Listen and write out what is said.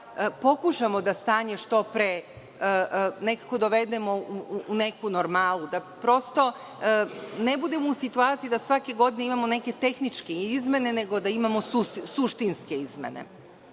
da pokušamo da stanje što pre dovedemo u neku normalu, da prosto ne budemo u situaciji da svake godine imamo neke tehničke izmene, nego da imamo suštinske izmene.